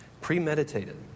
premeditated